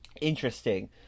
interesting